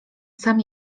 sam